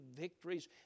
victories